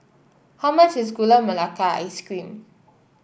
how much is Gula Melaka Ice Cream